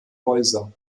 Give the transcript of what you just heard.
häuser